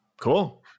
Cool